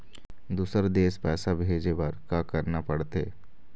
दुसर देश पैसा भेजे बार का करना पड़ते?